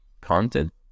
content